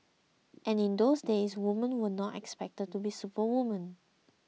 and in those days women were not expected to be superwomen